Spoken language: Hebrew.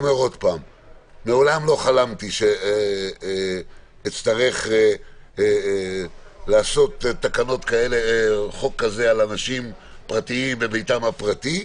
מעולם לא חלמתי שאצטרך לעשות חוק כזה על אנשים פרטיים בביתם הפרטי.